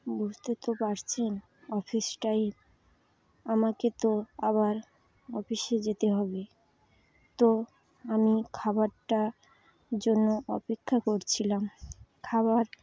বুঝতে তো পারছেন অফিস টাইম আমাকে তো আবার অফিসে যেতে হবে তো আমি খাবারটা জন্য অপেক্ষা করছিলাম খাবার